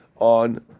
On